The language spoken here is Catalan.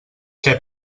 què